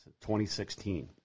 2016